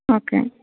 okay